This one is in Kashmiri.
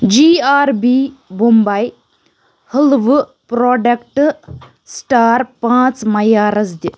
جی آر بی بُمبے حٔلوٕ پروڈیکٹ سٹار پانٛژھ معیارَس دِ